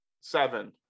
Seven